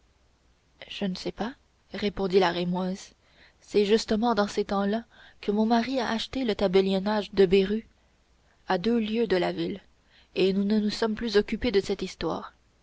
je ne sais pas répondit la rémoise c'est justement dans ce temps-là que mon mari a acheté le tabellionage de beru à deux lieues de la ville et nous ne nous sommes plus occupés de cette histoire